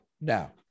Now